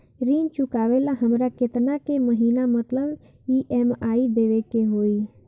ऋण चुकावेला हमरा केतना के महीना मतलब ई.एम.आई देवे के होई?